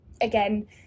Again